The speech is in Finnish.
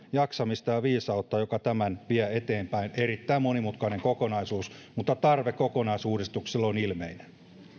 jaksamista ja viisautta sille ministerille joka tämän vie eteenpäin erittäin monimutkainen kokonaisuus mutta tarve kokonaisuudistukselle on ilmeinen